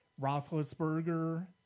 Roethlisberger